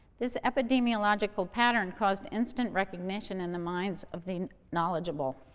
this epidemiological pattern caused instant recognition in the minds of the knowledgeable.